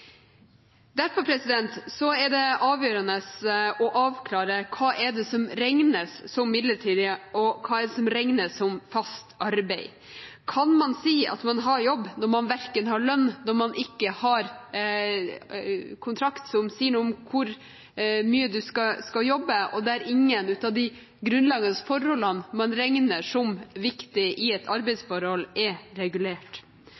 Derfor er det avgjørende å avklare: Hva er det som regnes som midlertidig, og hva er det som regnes som fast arbeid? Kan man si at man har jobb når man verken har lønn eller kontrakt som sier noe om hvor mye man skal jobbe, og når ingen av de grunnleggende forholdene man regner som viktige i et arbeidsforhold, er regulert?